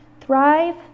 thrive